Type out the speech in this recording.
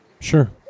Sure